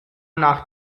nach